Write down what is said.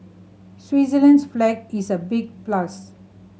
Switzerland's flag is a big plus